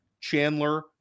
Chandler